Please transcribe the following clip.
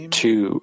two